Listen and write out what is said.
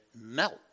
melt